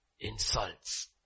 insults